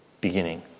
beginning